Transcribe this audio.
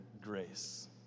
grace